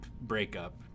breakup